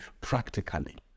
practically